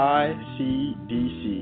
icdc